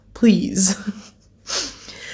please